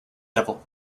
devil